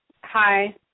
Hi